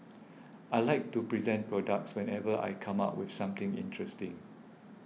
I like to present products whenever I come up with something interesting